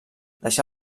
deixà